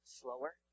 slower